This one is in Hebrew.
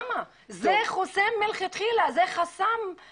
זה חסם מובנה.